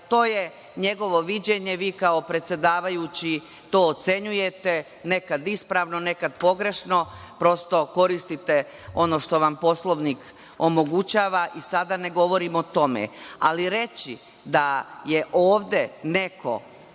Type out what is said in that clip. To je njegovo viđenje. Vi kao predsedavajući to ocenjujete, nekad ispravno, nekad pogrešno. Prosto, koristite ono što vam Poslovnik omogućava i sada ne govorimo o tome. Ali, reći da je ovde neko,